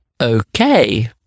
okay